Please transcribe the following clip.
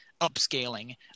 upscaling